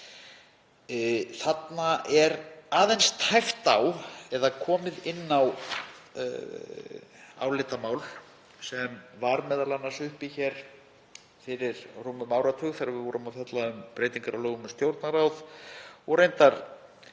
Þarna er aðeins tæpt á eða komið inn á álitamál sem var uppi hér fyrir rúmum áratug, þegar við vorum að fjalla um breytingar á lögum um stjórnarráð og reyndar